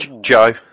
Joe